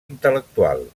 intel·lectual